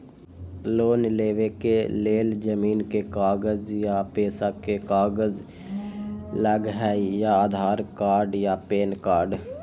Loan लेवेके लेल जमीन के कागज या पेशा के कागज लगहई या आधार कार्ड या पेन कार्ड?